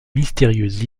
mystérieuse